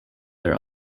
their